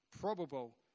probable